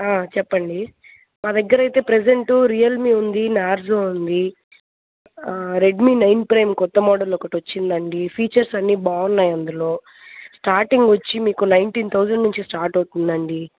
చెప్పండి మా దగ్గరయితే ప్రెజెంటు రియల్మీ ఉంది నార్జో ఉంది రెడ్మీ నైన్ ప్రైమ్ కొత్త మోడల్ ఒకటి వచ్చిందండి ఫీచర్స్ అన్నీ బాగున్నాయి అందులో స్టార్టింగ్ వచ్చి మీకు నైన్టీన్ థౌజండ్ నుంచి స్టార్ట్ అవుతుందండి